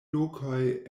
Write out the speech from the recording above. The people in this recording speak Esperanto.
lokoj